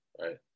right